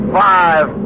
five